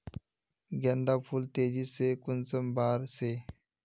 गेंदा फुल तेजी से कुंसम बार से?